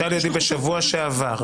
בשבוע שעבר,